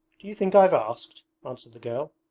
do you think i've asked answered the girl.